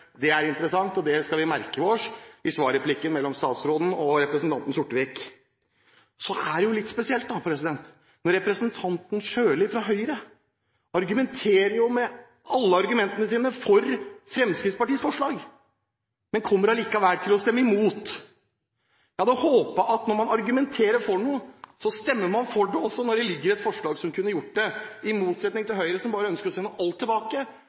Det er interessant, og vi skal merke oss svarreplikken fra statsråden til representanten Sortevik. Så er det litt spesielt når representanten Sjøli fra Høyre argumenterer for Fremskrittspartiets forslag, men kommer allikevel til å stemme imot. Jeg hadde håpet at når man argumenterer for noe, så stemmer man også for det når det ligger et forslag der. I motsetning til Høyre, som bare ønsker å sende alt tilbake,